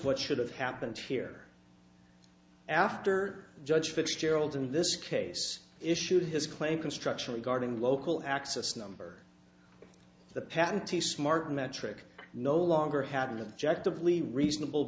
what should have happened here after judge fitzgerald in this case issued his claim construction regarding local access number the patentee smart metric no longer had an object of lee reasonable